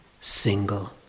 single